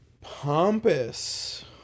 Pompous